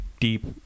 deep